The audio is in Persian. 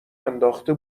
انداخته